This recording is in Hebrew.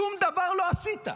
שום דבר לא עשית,